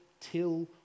till